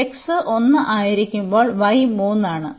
അതിനാൽ x 1 ആയിരിക്കുമ്പോൾ y 3 ആണ്